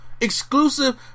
Exclusive